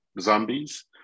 zombies